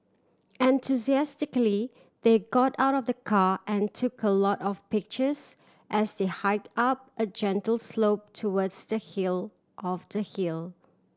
enthusiastically they got out of the car and took a lot of pictures as they hike up a gentle slope towards the hill of the hill